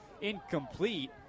incomplete